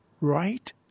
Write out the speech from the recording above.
right